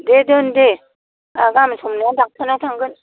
दे दोन दे आंहा गाबोन सबनिया डाक्टारनाव थांगोन